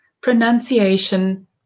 pronunciation